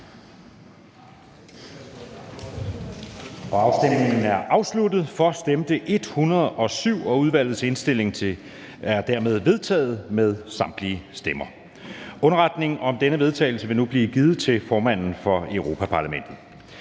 0, hverken for eller imod stemte 0. Udvalgets indstilling er dermed enstemmigt vedtaget. Underretning om denne vedtagelse vil nu blive givet til formanden for Europa-Parlamentet.